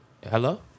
Hello